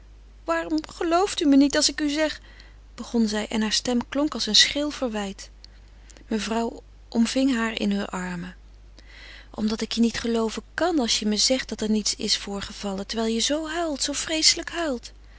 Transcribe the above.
waarom gelooft u me niet als ik u zeg begon zij en hare stem klonk als een schril verwijt mevrouw omving haar in heure armen omdat ik je niet gelooven kàn als je me zegt dat er niets is voorgevallen terwijl je zoo huilt zoo vreeslijk huilt